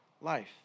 life